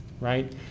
Right